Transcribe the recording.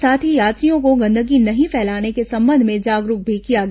साथ ही यात्रियों को गंदगी नहीं फैलाने के संबंध में जागरूक भी किया गया